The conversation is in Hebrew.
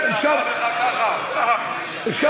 אז בהיגיון הזה, למה 20?